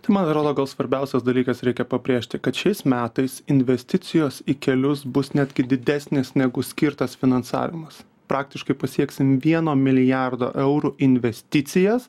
tai man atrodo gal svarbiausias dalykas reikia pabrėžti kad šiais metais investicijos į kelius bus netgi didesnės negu skirtas finansavimas praktiškai pasieksim vieno milijardo eurų investicijas